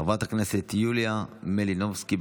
חברת הכנסת יוליה מלינובסקי.